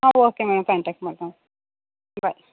ಆಂ okay madam contact ಮಾಡ್ಕೊಳಣ ಬಾಯ್